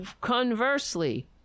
Conversely